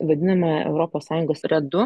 vadinamą europos sąjungos red du